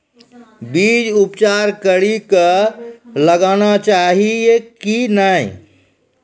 बीज उपचार कड़ी कऽ लगाना चाहिए कि नैय?